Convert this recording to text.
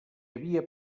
havia